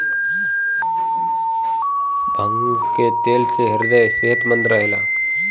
भांग के तेल से ह्रदय सेहतमंद रहेला